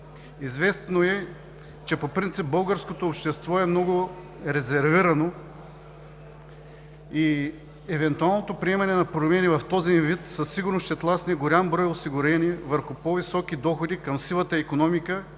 Известно е, че по принцип българското общество е много резервирано и евентуалното приемане на промени в този им вид със сигурност ще тласне голям брой осигурени върху по-високи доходи към сивата икономика